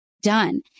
done